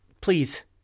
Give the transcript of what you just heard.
Please